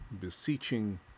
beseeching